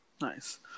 nice